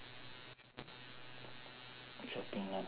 shopping lah